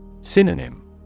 Synonym